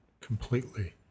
completely